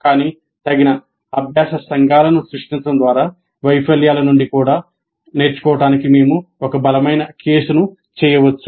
కానీ తగిన అభ్యాస సంఘాలను సృష్టించడం ద్వారా వైఫల్యాల నుండి కూడా నేర్చుకోవడానికి మేము ఒక బలమైన కేసును చేయవచ్చు